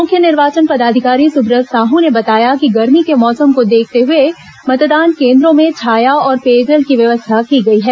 मुख्य निर्वाचन पदाधिकारी सुब्रत साह ने बताया कि गर्मी के मौसम को देखते हुए मतदान केन्द्रों में छाया और पेयजल की व्यवस्था की गई है